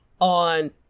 on